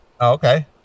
okay